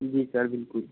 जी sir बिल्कुल